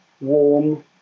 warm